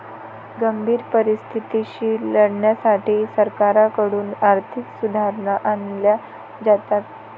गंभीर परिस्थितीशी लढण्यासाठी सरकारकडून आर्थिक सुधारणा आणल्या जातात